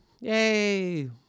yay